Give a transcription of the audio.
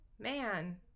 man